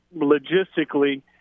logistically